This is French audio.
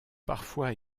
parfois